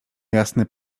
jasny